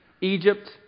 Egypt